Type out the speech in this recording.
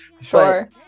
Sure